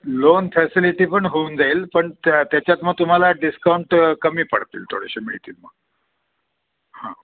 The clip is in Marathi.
लोन फॅसिलिटी पण होऊन जाईल पण त्या त्याच्यात मग तुम्हाला डिस्काउंट कमी पडतील थोडेसे मिळतील मग हां